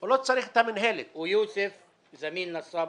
ברוך הבא,